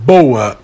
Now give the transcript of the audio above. Boa